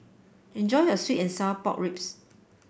enjoy your sweet and Sour Pork Ribs